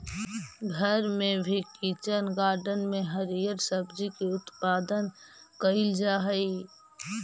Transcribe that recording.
घर में भी किचन गार्डन में हरिअर सब्जी के उत्पादन कैइल जा हई